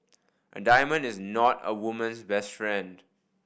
a diamond is not a woman's best friend